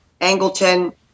Angleton